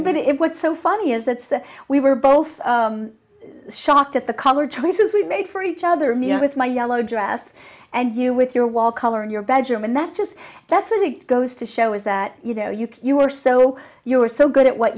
but it what's so funny is that we were both shocked at the color choices we made for each other me with my yellow dress and you with your wall color in your bedroom and that's just that's what it goes to show is that you know you can you are so you are so good at what